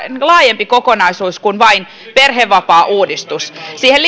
laajempi kokonaisuus kuin vain perhevapaauudistus siihen